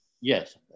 yes